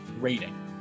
rating